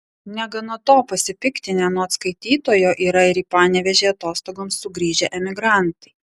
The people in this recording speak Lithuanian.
negana to pasipiktinę anot skaitytojo yra ir į panevėžį atostogoms sugrįžę emigrantai